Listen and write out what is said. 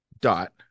dot